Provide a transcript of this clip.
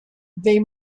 they